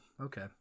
Okay